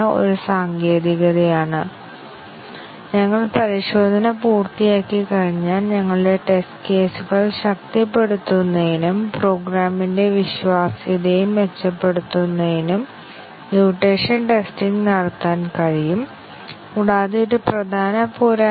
ഇപ്പോൾ ഞങ്ങൾ പറയുന്നത് ഒരു വേരിയബിൾ X ഒരു സ്റ്റേറ്റ്മെൻറ്റ് S1 ഇൽ ലൈവ് ആണെന്നും ഒരു സ്റ്റേറ്റ്മെൻറ്റ് Sഇൽ x നിർവചിക്കപ്പെട്ടിട്ടുണ്ടെങ്കിൽ വേരിയബിൾ S1 S എന്നിവയ്ക്കിടയിൽ ലൈവ് ആണെന്നും X ന് കൂടുതൽ നിർവചനം ഇല്ല എന്നും പറയാം